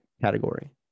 category